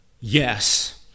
Yes